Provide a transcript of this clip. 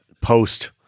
post